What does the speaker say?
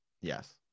Yes